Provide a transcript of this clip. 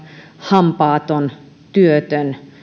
hampaaton työtön